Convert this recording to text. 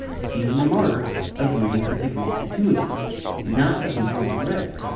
stephen the martyr agrees with the greek septuagint not the hebrew masoretic.